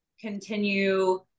continue